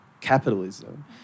capitalism